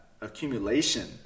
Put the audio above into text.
accumulation